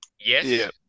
Yes